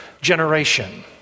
generation